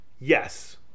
Yes